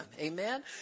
Amen